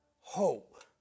hope